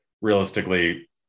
Realistically